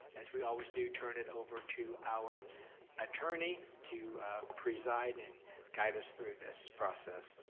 as we always do, turn it over to our attorney to preside and guide us through this process,